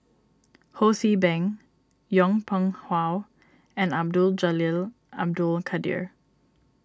Ho See Beng Yong Pung How and Abdul Jalil Abdul Kadir